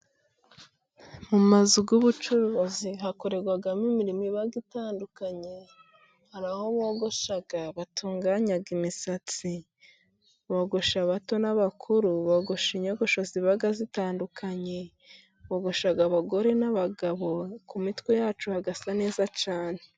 Mu mazu y'ubucuruzi hakorerwamo imirimo iba itandukanye: hari aho bogosha batunganya imisatsi, bogosha abato n'abakuru, bogosha inyogosho ziba zitandukanye bogosha abagore n'abagabo ku mitwe yacu hagasa neza cyane.